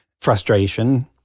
frustration